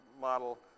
model